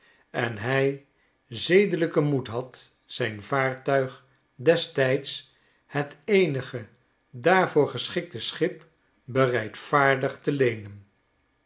en hij zedelijken moed had zijn vaartuig destijds het eenige daarvoor geschikte schip bereidvaardig te leenen